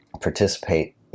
participate